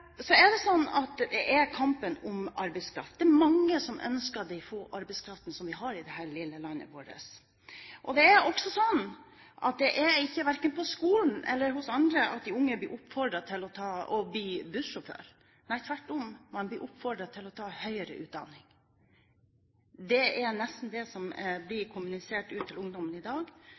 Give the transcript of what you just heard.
Så er det sånn at det er kamp om arbeidskraft. Det er mange som ønsker de få arbeidskreftene vi har i dette lille landet vårt. Det er verken på skolen eller hos andre at de unge blir oppfordret til å bli bussjåfør. Nei, tvert om, man blir oppfordret til å ta høyere utdanning. Det er det som blir kommunisert ut til ungdommen i dag,